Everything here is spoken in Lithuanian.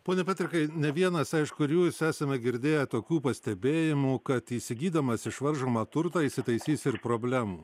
pone petrikai ne vienas aišku ir jūs esame girdėję tokių pastebėjimų kad įsigydamas išvaržomą turtą įsitaisysi ir problemų